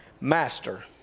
master